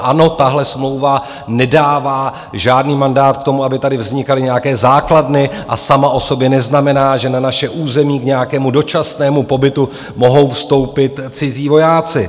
Ano, tahle smlouva nedává žádný mandát k tomu, aby tady vznikaly nějaké základny, a sama o sobě neznamená, že na naše území k nějakému dočasnému pobytu mohou vstoupit cizí vojáci.